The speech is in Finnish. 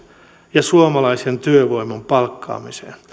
ja suomalaisen työvoiman palkkaamiseen